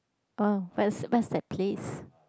ah what's what's that place